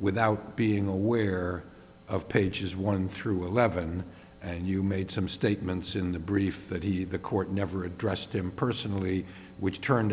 without being aware of pages one through eleven and you made some statements in the brief that he the court never addressed him personally which turned